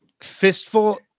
fistful